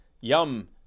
yum